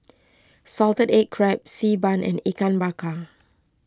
Salted Egg Crab Xi Ban and Ikan Bakar